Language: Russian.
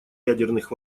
ядерных